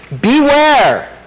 Beware